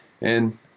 And-